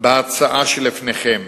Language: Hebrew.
בהצעה שלפניכם: